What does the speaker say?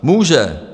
Může.